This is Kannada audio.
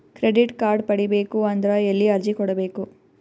ಕ್ರೆಡಿಟ್ ಕಾರ್ಡ್ ಪಡಿಬೇಕು ಅಂದ್ರ ಎಲ್ಲಿ ಅರ್ಜಿ ಕೊಡಬೇಕು?